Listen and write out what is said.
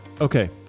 okay